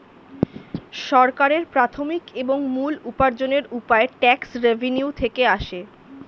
সরকারের প্রাথমিক এবং মূল উপার্জনের উপায় ট্যাক্স রেভেন্যু থেকে আসে